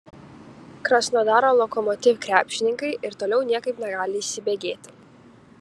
krasnodaro lokomotiv krepšininkai ir toliau niekaip negali įsibėgėti